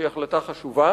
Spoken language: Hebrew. שהיא החלטה חשובה.